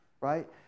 right